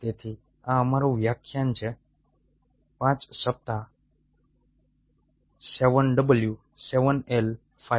તેથી આ અમારું વ્યાખ્યાન છે 5 સપ્તાહ 7 w 7 L 5